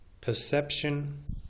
perception